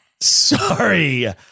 Sorry